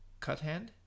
Cuthand